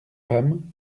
femme